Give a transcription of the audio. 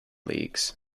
leagues